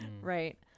right